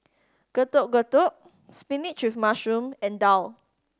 Getuk Getuk spinach with mushroom and daal